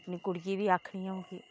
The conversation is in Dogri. अपनी कुड़िये गी बी आखनी अऊं